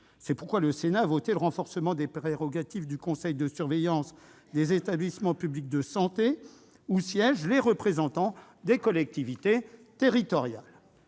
C'est pourquoi le Sénat a voté le renforcement des prérogatives du conseil de surveillance des établissements publics de santé, où siègent les représentants des collectivités territoriales.